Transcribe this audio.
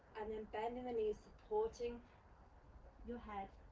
and then bendin' the knees, supporting your head,